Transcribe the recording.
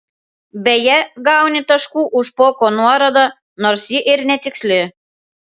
beje gauni taškų už špoko nuorodą nors ji ir netiksli